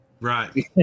Right